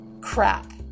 crap